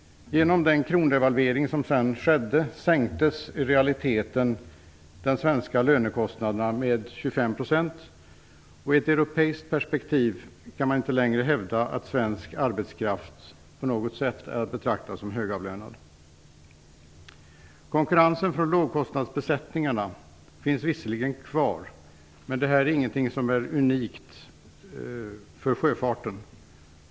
Genom krondevalveringen sänktes i realiteten de svenska lönekostnaderna med 25 %. I ett europeiskt perspektiv kan man inte längre hävda att svensk arbetskraft på något sätt är att betrakta som högavlönad. Konkurrensen från lågkostnadsbesättningar finns visserligen kvar, men detta är inget som är unikt för sjöfarten.